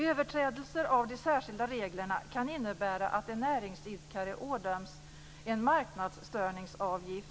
Överträdelser av de särskilda reglerna kan innebära att en näringsidkare ådöms en marknadsstörningsavgift.